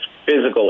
physical